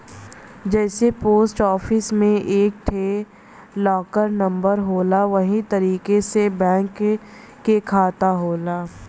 जइसे post office मे एक ठे लाकर नम्बर होला वही तरीके से बैंक के खाता होला